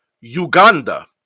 Uganda